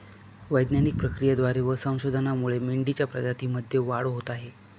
वैज्ञानिक प्रक्रियेद्वारे व संशोधनामुळे मेंढीच्या प्रजातीमध्ये वाढ होत आहे